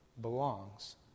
belongs